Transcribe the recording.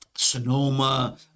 sonoma